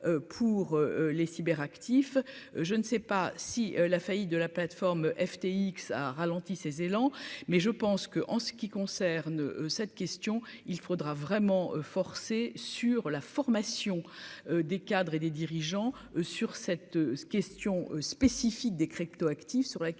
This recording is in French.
pour les cyber actif, je ne sais pas si la faillite de la plateforme FTX a ralenti ses élans mais je pense que en ce qui concerne cette question il faudra vraiment forcer sur la formation des cadres et des dirigeants sur cette ce question spécifique des cryptoactifs, sur laquelle